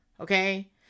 okay